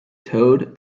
towed